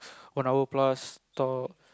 one hour plus talk